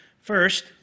First